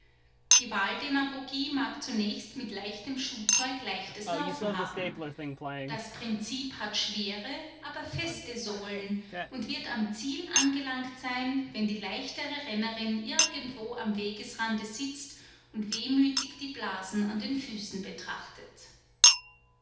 die wahldemagogie mag zunächst mit leichtem schuhzeug leichtes laufen haben das prinzip hat schwere aber feste sohlen und wird am ziel angelangt sein wenn die leichtere rennerin irgendwo am wegesrande sitzt und wehmütig die blasen an den füßen betrachtet